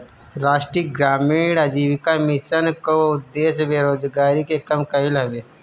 राष्ट्रीय ग्रामीण आजीविका मिशन कअ उद्देश्य बेरोजारी के कम कईल हवे